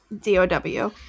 D-O-W